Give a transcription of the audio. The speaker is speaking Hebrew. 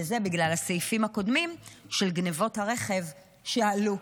וזה בגלל הסעיפים הקודמים של גנבות הרכב שעלו,